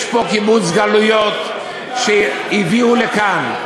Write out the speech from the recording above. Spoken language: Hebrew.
יש פה קיבוץ גלויות שהביאו לכאן,